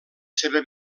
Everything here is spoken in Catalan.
seva